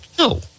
No